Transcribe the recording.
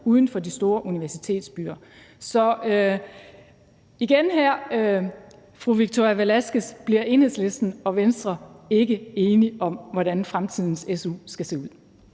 uden for de store universitetsbyer. Så igen, fru Victoria Velasquez, bliver Enhedslisten og Venstre ikke enige om, hvordan fremtidens su skal se ud.